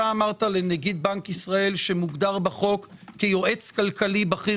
אמרת לנגיד בנק ישראל שמוגדר בחוק כיועץ כלכלי בכיר